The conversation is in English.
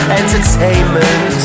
entertainment